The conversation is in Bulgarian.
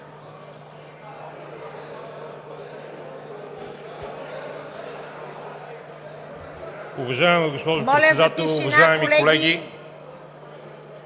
Моля за тишина, колеги!